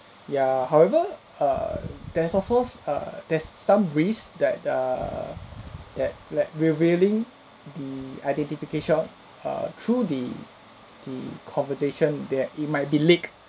ya however err there's of course err there's some risk that err that like revealing the identification err through the the conversation that it might be leaked